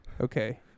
Okay